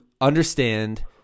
understand